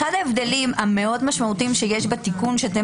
אחד ההבדלים המאוד משמעותיים שיש בתיקון שאתם